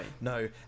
no